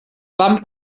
van